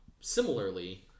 Similarly